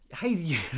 hey